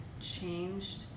changed